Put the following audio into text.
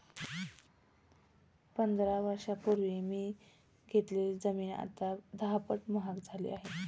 पंधरा वर्षांपूर्वी मी घेतलेली जमीन आता दहापट महाग झाली आहे